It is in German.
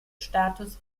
status